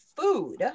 food